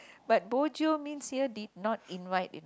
but bo jio means here did not invite you know